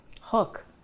hook